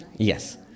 Yes